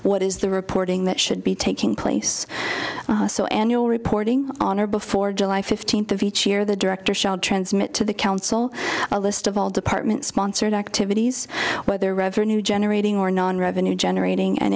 what is the reporting that should be taking place so annual reporting on or before july fifteenth of each year the director shall transmit to the council a list of all department sponsored activities whether revenue generating or non revenue generating an